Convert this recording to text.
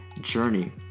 journey